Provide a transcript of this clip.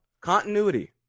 Continuity